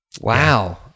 Wow